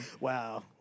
wow